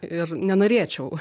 ir nenorėčiau